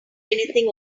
anything